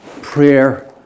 prayer